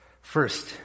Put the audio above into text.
First